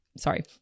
Sorry